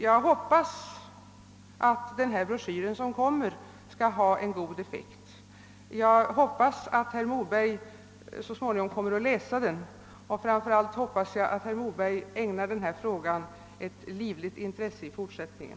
Jag hoppas att den kommande bro schyren skall få god effekt och att herr Moberg kommer att läsa den, men framför allt hoppas jag att herr Moberg ägnar denna fråga livligt intresse också i fortsättningen.